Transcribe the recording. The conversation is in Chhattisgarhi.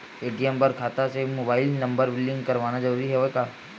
ए.टी.एम बर खाता ले मुबाइल नम्बर लिंक करवाना ज़रूरी हवय का?